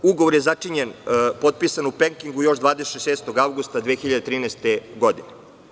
Ugovor je sačinjen, potpisan u Pekingu još 26. avgusta 2013. godine.